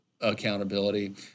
accountability